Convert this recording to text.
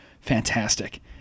fantastic